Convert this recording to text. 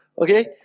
Okay